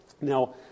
Now